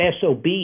SOB